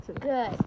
good